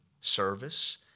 service